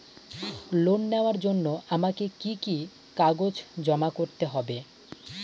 Loan নেওয়ার জন্য আমাকে কি কি কাগজ জমা করতে হবে?